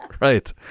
Right